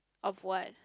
of what